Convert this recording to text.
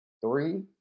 three